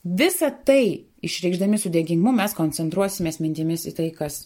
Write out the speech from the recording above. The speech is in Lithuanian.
visa tai išreikšdami su dėkingumu mes koncentruosimės mintimis į tai kas